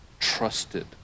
trusted